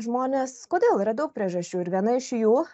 žmonės kodėl yra daug priežasčių ir viena iš jų